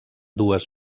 dues